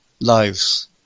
lives